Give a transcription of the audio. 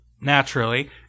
naturally